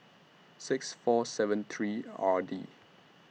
six four seven three R D